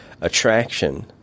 attraction